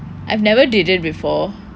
I've never did it before